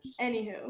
Anywho